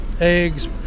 eggs